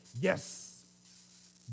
Yes